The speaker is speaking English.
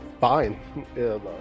fine